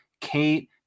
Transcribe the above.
Kate